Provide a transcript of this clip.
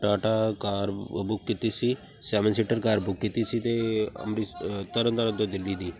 Tata car ਅ book ਕੀਤੀ ਸੀ ਸੈਵਨ ਸੀਟਰ ਕਾਰ ਬੁੱਕ ਕੀਤੀ ਸੀ ਅਤੇ ਅੰਮ੍ਰਿਤ ਤਰਨ ਤਾਰਨ ਤੋਂ ਦਿੱਲੀ ਦੀ